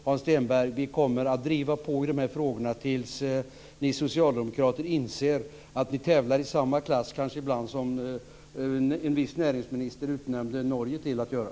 Hans Stenberg, vi kommer att driva på i de här frågorna tills ni socialdemokrater inser att ni ibland kanske tävlar i samma klass som en viss näringsminister utnämnde Norge till att göra.